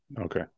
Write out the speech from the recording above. Okay